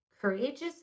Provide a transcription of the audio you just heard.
courageous